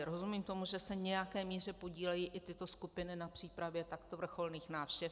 Rozumím tomu, že se v nějaké míře podílejí i tyto skupiny na přípravě takto vrcholných návštěv.